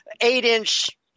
eight-inch